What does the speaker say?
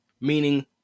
meaning